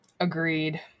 Agreed